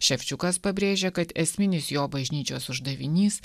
ševčiukas pabrėžia kad esminis jo bažnyčios uždavinys